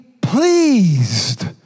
pleased